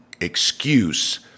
excuse